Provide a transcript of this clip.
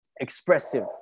expressive